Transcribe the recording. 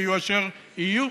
ויהיו אשר יהיו.